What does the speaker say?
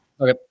Okay